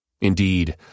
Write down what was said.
Indeed